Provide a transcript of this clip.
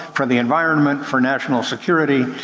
for the environment, for national security,